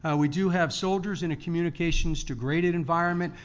ah we do have soldiers in a communications degraded environment,